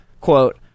Quote